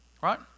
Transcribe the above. Right